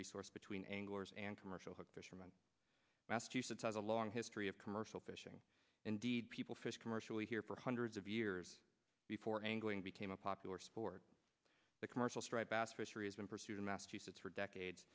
resource between anglers and commercial hookers from massachusetts has a long history of commercial fishing indeed people fish commercially here for hundreds of years before angling became a popular sport the commercial striped bass fishery is in pursuit of massachusetts for decades